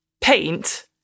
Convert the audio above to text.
paint